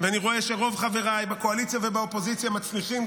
ואני רואה שרוב חבריי בקואליציה ובאופוזיציה מצליחים,